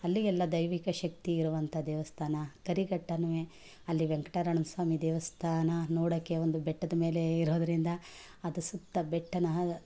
ಅಲ್ಲಿಗೆಲ್ಲ ದೈವಿಕ ಶಕ್ತಿ ಇರುವಂಥ ದೇವಸ್ಥಾನ ಕರಿಘಟ್ಟನೂ ಅಲ್ಲಿ ವೆಂಕಟರಮಣನ ಸ್ವಾಮಿ ದೇವಸ್ಥಾನ ನೋಡೋಕೆ ಒಂದು ಬೆಟ್ಟದ ಮೇಲೆ ಇರೋದರಿಂದ ಅದು ಸುತ್ತ ಬೆಟ್ಟನ